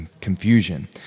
confusion